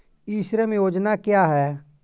ई श्रम योजना क्या है?